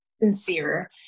sincere